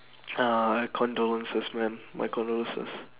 uh condolences man my condolences